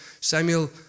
Samuel